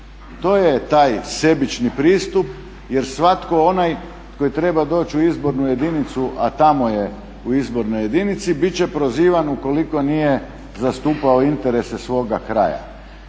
To je taj sebični pristup jer svatko onaj tko treba doći u izbornu jedinicu, a tamo je u izbornoj jedinici bit će prozivan ukoliko nije zastupao interese svoga kraja.